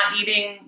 eating